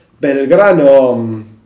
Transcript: Belgrano